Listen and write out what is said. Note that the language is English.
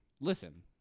listen